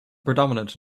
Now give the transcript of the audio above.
predominant